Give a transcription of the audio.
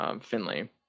Finley